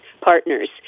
partners